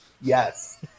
yes